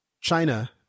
China